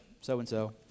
so-and-so